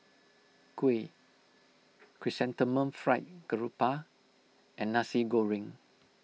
Kuih Chrysanthemum Fried Garoupa and Nasi Goreng